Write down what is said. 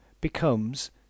becomes